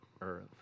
earth